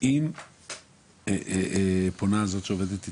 אם פונה זאת שעובדת איתך,